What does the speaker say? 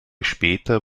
später